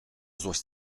złość